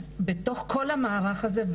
אז בתוך כל המערך הזה,